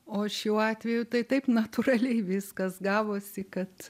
o šiuo atveju tai taip natūraliai viskas gavosi kad